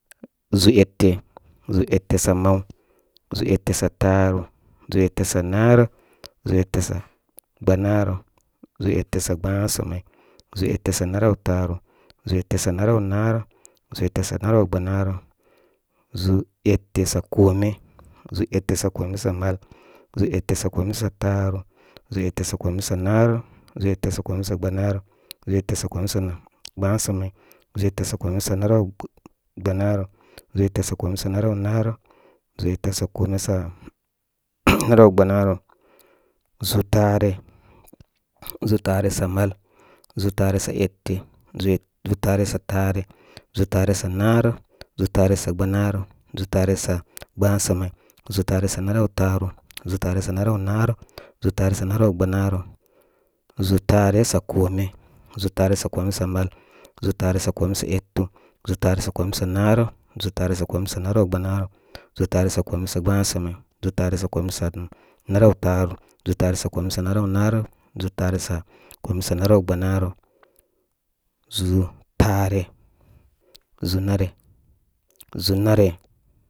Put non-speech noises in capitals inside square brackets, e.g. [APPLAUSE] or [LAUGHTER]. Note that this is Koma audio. Zùù ete ʒùù ete sa maw ʒùù ete sa taaru, ʒùù ete sa narək ʒùù ete sa gbanaarə, ʒùù ete sa gbasamay, ʒūú sa naraw taaru, ʒùù ete sa naraw-naarək, ʒùù ete sa naraw naarək, ʒùù ete sa naraw gbanaarə, ʒùù ete sa kome. Zùù ete sa kome sa taaru, ʒùù ete sa kome sa naarək, ʒùù ete sa kome sa gbasan may, ʒùù ete sa kome sa naraw gbanaarə, ʒùù ete sa kome sa nara w narək ʒùù ete sa kome sa [NOISE] naraw gbanarə, ʒùùt taare. Zùù taare sa mal, ʒùu̍ taare sa ete, ʒúu̍ taare sa tare, ʒùù taare naarək ʒùù taar sa gbanarə ʒùù taare sa gba samay, ʒùù taare sa naraw naarək, ʒùu̍ taare sa naraw gbanaarə, ʒùu̍ taa sa kome. Zu̍u̍ taare sa kome sa mal, ʒùu̍ taare sa kome sa etu, ʒùu̍ taar sa kome sa naarək, ʒúú taare sa kome sa nawagban aarə, ʒùù taare sa kome sa gba samau ʒùu̍ taare sa kome sa gba samay ʒùù taare sa kome sa naraw taaru ʒu̍ù tare sa kome sa naraw-naarək ʒùù taare sa naraw gbanaarə, ʒùu̍ taare- ʒùū nare ʒùu̍ nare.